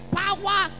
power